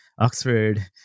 Oxford